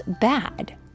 bad